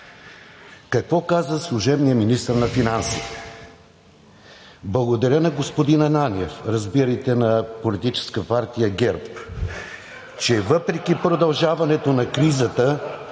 Какво каза служебният министър на финансите? „Благодаря на господин Ананиев – разбирайте на Политическа партия ГЕРБ (смях от ИБГНИ), че въпреки продължаването на кризата,